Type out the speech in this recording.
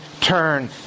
turn